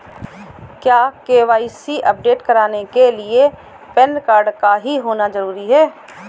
क्या KYC update कराने के लिए पैन कार्ड का ही होना जरूरी है?